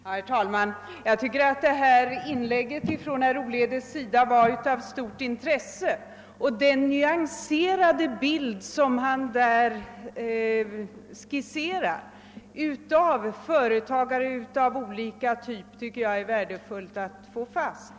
Herr talman! Jag tycker att detta inlägg av herr Olhede var av stort intresse. Den nyanserade bild han skisserade av företagare av olika typ tycker jag är värdefull.